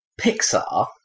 Pixar